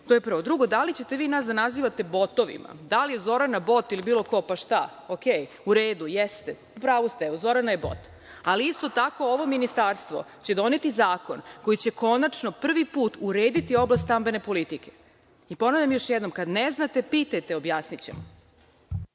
To je prvo. Drugo, da li ćete vi nas da nazivate botovima, da li je Zorana bot ili bilo ko, pa šta, okej, u redu je, jeste, u pravu ste, evo, Zorana je bot. Ali, isto tako, ovo ministarstvo će doneti zakon koji će konačno prvi put urediti oblast stambene politike. I ponavljam još jednom – kad ne znate, pitajte, objasnićemo